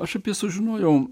aš apie sužinojau